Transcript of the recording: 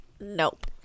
nope